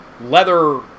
leather